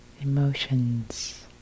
emotions